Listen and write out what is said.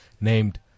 named